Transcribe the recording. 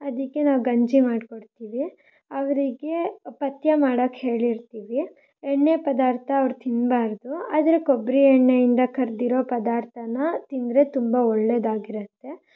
ಅದಕ್ಕೆ ನಾವು ಗಂಜಿ ಮಾಡಿಕೊಡ್ತೀವಿ ಅವರಿಗೆ ಪಥ್ಯ ಮಾಡಕ್ಕೆ ಹೇಳಿರ್ತೀವಿ ಎಣ್ಣೆ ಪದಾರ್ಥ ಅವ್ರು ತಿನ್ನಬಾರ್ದು ಆದರೆ ಕೊಬ್ಬರಿ ಎಣ್ಣೆಯಿಂದ ಕರೆದಿರೋ ಪದಾರ್ಥಾನ ತಿಂದರೆ ತುಂಬ ಒಳ್ಳೇದಾಗಿರುತ್ತೆ